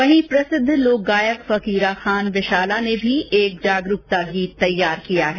वहीं प्रसिद्ध लोक गायक फकीरा खान विशाला ने भी एक जागरूकता गीत तैयार किया है